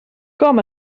com